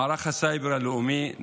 מערך הסייבר הלאומי,